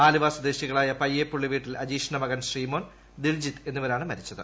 ആലുവ സ്ട്രദേശികളായ പയ്യേപ്പുള്ളി വീട്ടിൽ അജീഷിന്റെ മകൻ ശ്രീമോൻ ദിൽജിത്ത് എന്നിവരാണ് മരിച്ചത്